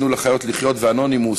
"תנו לחיות לחיות" ו"אנונימוס",